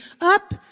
up